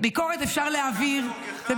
ביקורת אפשר להעביר -- הקם להורגך,